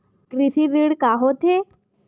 कृषि ऋण का होथे?